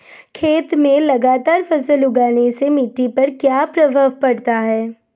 खेत में लगातार फसल उगाने से मिट्टी पर क्या प्रभाव पड़ता है?